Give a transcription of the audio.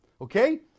okay